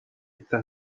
está